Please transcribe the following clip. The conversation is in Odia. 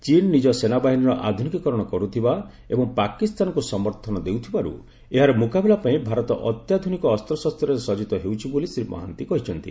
ଚୀନ୍ ନିକ ସେନାବାହିନୀର ଆଧୁନିକୀକରଣ କର୍ତ୍ତିବା ଏବଂ ପାକିସ୍ତାନକୁ ସମର୍ଥନ ଦେଉଥିବାରୁ ଏହାର ମୁକାବିଲା ପାଇଁ ଭାରତ ଅତ୍ୟାଧ୍ରନିକ ଅସ୍ପଶସ୍ତରେ ସଜିତ ହେଉଛି ବୋଲି ଶ୍ରୀ ମହାନ୍ତି କହିଛନ୍ତି